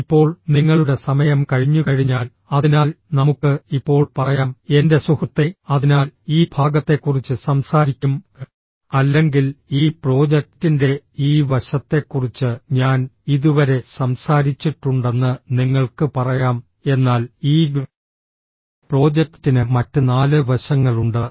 ഇപ്പോൾ നിങ്ങളുടെ സമയം കഴിഞ്ഞുകഴിഞ്ഞാൽ അതിനാൽ നമുക്ക് ഇപ്പോൾ പറയാം എന്റെ സുഹൃത്തേ അതിനാൽ ഈ ഭാഗത്തെക്കുറിച്ച് സംസാരിക്കും അല്ലെങ്കിൽ ഈ പ്രോജക്റ്റിന്റെ ഈ വശത്തെക്കുറിച്ച് ഞാൻ ഇതുവരെ സംസാരിച്ചിട്ടുണ്ടെന്ന് നിങ്ങൾക്ക് പറയാം എന്നാൽ ഈ പ്രോജക്റ്റിന് മറ്റ് നാല് വശങ്ങളുണ്ട്